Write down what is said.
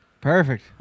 Perfect